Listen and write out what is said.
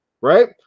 right